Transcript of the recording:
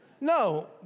No